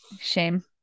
Shame